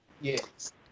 Yes